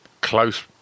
close